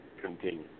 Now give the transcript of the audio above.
continue